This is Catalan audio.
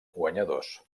guanyadors